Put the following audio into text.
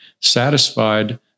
satisfied